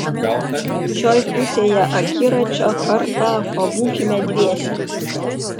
šioj pusėje akiračio kartą pabūkime dviese